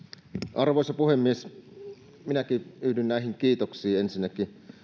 arvoisa puhemies ensinnäkin minäkin yhdyn näihin kiitoksiin